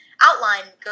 outline